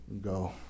go